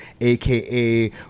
aka